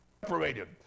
separated